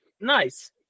Nice